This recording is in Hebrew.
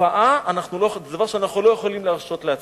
ותופעה זה דבר שאנחנו לא יכולים להרשות לעצמנו.